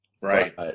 Right